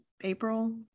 april